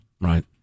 Right